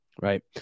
Right